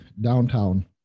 downtown